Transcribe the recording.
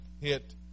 hit